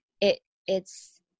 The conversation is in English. it—it's